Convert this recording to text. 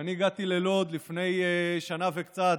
כשאני הגעתי ללוד לפני שנה וקצת,